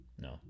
no